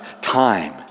time